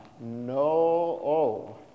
No-oh